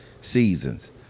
seasons